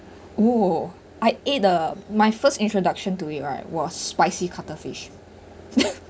!whoa! I ate the my first introduction to it right was spicy cuttlefish